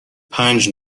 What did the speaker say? پنج